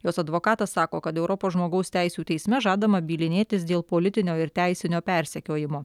jos advokatas sako kad europos žmogaus teisių teisme žadama bylinėtis dėl politinio ir teisinio persekiojimo